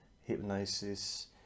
Hypnosis